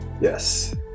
yes